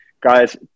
guys